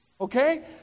Okay